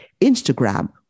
Instagram